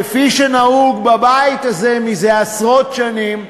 כפי שנהוג בבית הזה זה עשרות שנים,